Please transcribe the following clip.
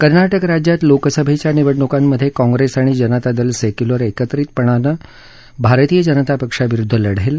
कर्नाटक राज्यात लोकसभेच्या निवडणूकांमधे काँग्रेस आणि जनता दल सेक्युलर एकत्रितपणे भारतीय जनता पक्षाविरुद्ध लढेल